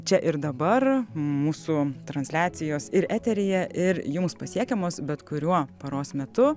čia ir dabar mūsų transliacijos ir eteryje ir jums pasiekiamos bet kuriuo paros metu